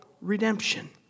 redemption